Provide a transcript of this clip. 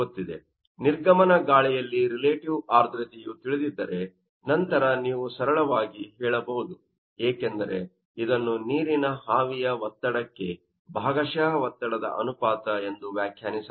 ಆದ್ದರಿಂದ ನಿರ್ಗಮನ ಗಾಳಿಯಲ್ಲಿ ರಿಲೇಟಿವ್ ಆರ್ದ್ರತೆಯು ತಿಳಿದಿದ್ದರೆ ನಂತರ ನೀವು ಸರಳವಾಗಿ ಹೇಳಬಹುದು ಏಕೆಂದರೆ ಇದನ್ನು ನೀರಿನ ಆವಿಯ ಒತ್ತಡಕ್ಕೆ ಭಾಗಶಃ ಒತ್ತಡದ ಅನುಪಾತ ಎಂದು ವ್ಯಾಖ್ಯಾನಿಸಲಾಗಿದೆ